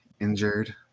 injured